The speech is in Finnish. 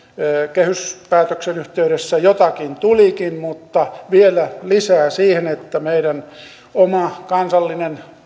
kehyspäätöksen yhteydessä jotakin tulikin mutta vielä lisää siihen että meidän oma kansallinen